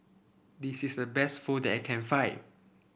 this is the best Pho that I can find